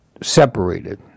separated